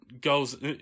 goes